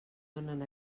donen